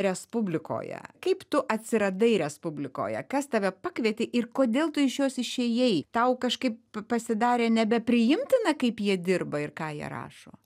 respublikoje kaip tu atsiradai respublikoje kas tave pakvietė ir kodėl tu iš jos išėjai tau kažkaip pasidarė nebepriimtina kaip jie dirba ir ką jie rašo